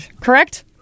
correct